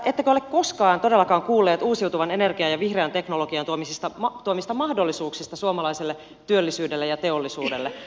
ettekö ole koskaan todellakaan kuulleet uusiutuvan energian ja vihreän teknologian tuomista mahdollisuuksista suomalaiselle työllisyydelle ja teollisuudelle